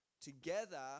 together